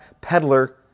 Peddler